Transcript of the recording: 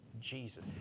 Jesus